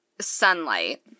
sunlight